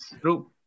true